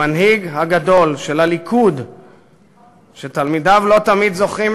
בניגוד לעמיתיו במשרד המושבות